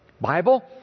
Bible